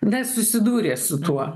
nesusidūrė su tuo